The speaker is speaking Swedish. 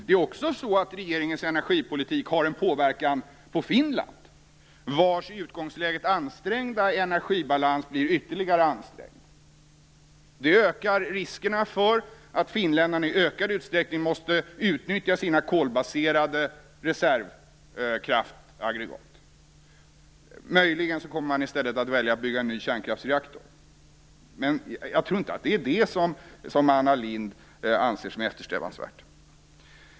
Det är också så att regeringens energipolitik har en påverkan på Finland, vars i utgångsläget ansträngda energibalans blir ytterligare ansträngd. Det ökar riskerna för att finländarna i ökad utsträckning måste utnyttja sina kolbaserade reservkraftaggregat. Möjligen kommer man i stället att välja att bygga en ny kränkraftsreaktor, men det är nog inte det som Anna Lindh anser som eftersträvansvärt.